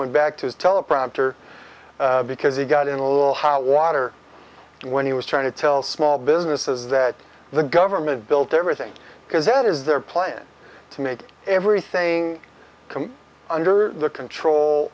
went back to his teleprompter because he got in a little hot water when he was trying to tell small businesses that the government built everything because that is their plan to make everything come under the control